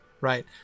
right